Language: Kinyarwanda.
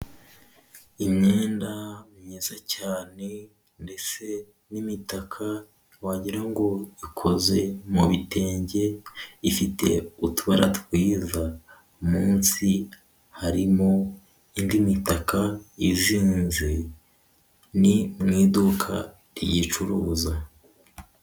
Imyenda myiza cyane ndetse n'imitaka wagira ngo ikoze mu bitenge ifite utubara twiza, munsi harimo indi mitaka izinze, ni mu iduka riyicuruza.